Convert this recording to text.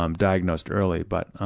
um diagnosed early. but